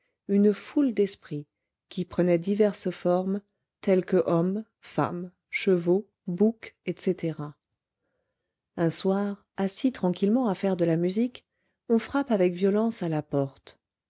une foule d'esprits qui prenaient diverses formes telles que hommes femmes chevaux boucs etc un soir assis tranquillement à faire de la musique on frappe avec violence à la porte